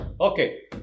okay